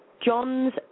John's